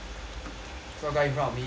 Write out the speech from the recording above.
saw a guy in front of me